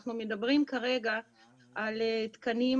אנחנו מדברים כרגע על תקנים